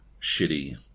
shitty